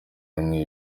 hamwe